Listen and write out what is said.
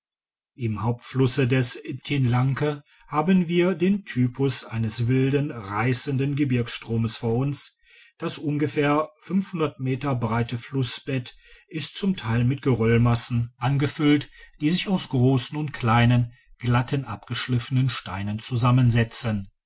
im hauptflusse des tinlanke haben wir den typus eines wilden reissenden gebirgsstromes vor uns das ungefähr meter breite flussbett ist zum teile mit geröllmassen digitized by google angefüllt die sich aus grossen und kleinen glatt abgeschliffenen steinen zusammensetzen